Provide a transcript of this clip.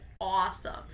awesome